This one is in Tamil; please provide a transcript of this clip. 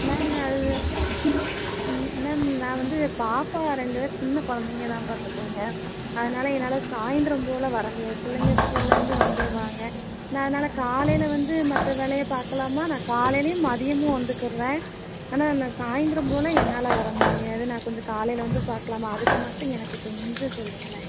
மேம் அது மேம் நான் வந்து பாப்பா ரெண்டு பேர் சின்ன கொழந்தைங்கதான் பார்த்துக்கோங்க அதனால் என்னால் சாய்ந்திரம் போல் வர முடியாது பிள்ளைங்க ஸ்கூலிலேருந்து வந்துடுவாங்க நான் அதனால் காலையில் வந்து மற்ற வேலையை பார்க்கலாமா நான் காலைலேயும் மதியமும் வந்துக்குறேன் ஆனால் நான் சாய்ந்திரம் போல் என்னால் வர முடியாது நான் கொஞ்சம் காலையில் வந்து பார்க்கலாமா அதுக்கு மட்டும் எனக்கு கொஞ்சம் சொல்லுங்களேன்